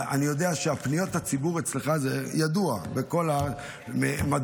אני יודע שפניות ציבור אצלך זה ידוע בכל הארץ,